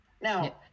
now